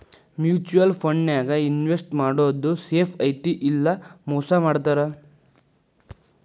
mutual ಫಂಡನ್ಯಾಗ invest ಮಾಡೋದ್ safe ಐತಿ ಇಲ್ಲಾ ಮೋಸ ಮಾಡ್ತಾರಾ